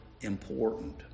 important